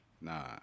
nah